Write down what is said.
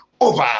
Over